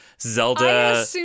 Zelda